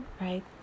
right